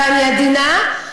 ואני עדינה,